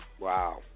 Wow